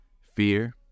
fear